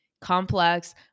complex